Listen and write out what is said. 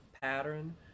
pattern